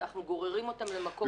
אנחנו גוררים אותם למקום לא טוב.